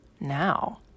now